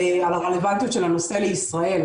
על הרלוונטיות של הנושא לישראל.